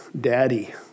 Daddy